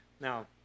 Now